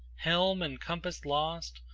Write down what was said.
helm and compass lost,